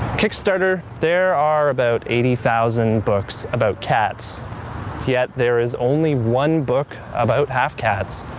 kickstarter! there are about eighty thousand books about cats yet there is only one book about half cats